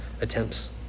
attempts